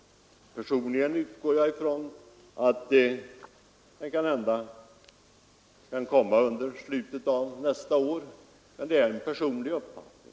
Personligen utgår jag ifrån att den kan komma till stånd i slutet av nästa år, men det är en personlig uppfattning.